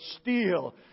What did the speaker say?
steal